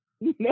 No